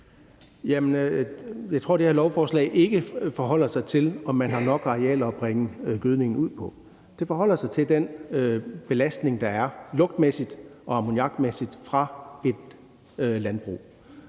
Jeg tror ikke, at det her lovforslag forholder sig til, om man har nok arealer at bringe gødningen ud på. Det forholder sig til den belastning, der er, lugtmæssigt og ammoniakmæssigt, fra et landbrug.